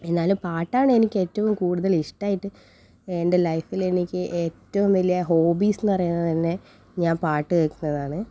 എന്നാലും പാട്ടാണ് എനിക്ക് ഏറ്റവും കൂടുതൽ ഇഷ്ടമായിട്ട് എൻ്റെ ലൈഫിൽ എനിക്ക് ഏറ്റവും വലിയ ഹോബീസെന്ന് പറയുന്നത് തന്നെ ഞാൻ പാട്ടു കേൾക്കുന്നതാണ്